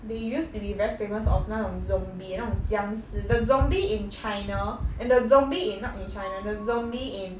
they used to be very famous of 那种 zombie 那种僵尸 the zombie in china and the zombie in not in china the zombie in